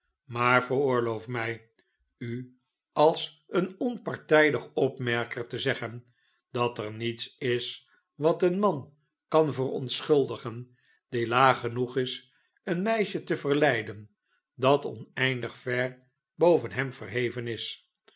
maar veroorloof mij u als een onpartijdig opmerker te zeggen dat er niets is wat een man kan verontschuldigen die laag genoeg is een meisje te verleiden dat oneindig ver boven hem verheven is